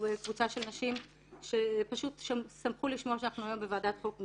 קבוצת נשים שפשוט שמחו לשמוע שאנחנו היום בוועדת החוקה,